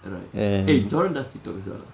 right eh jordan does TikTok as well ah